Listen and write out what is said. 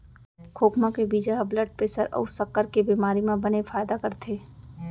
खोखमा के बीजा ह ब्लड प्रेसर अउ सक्कर के बेमारी म बने फायदा करथे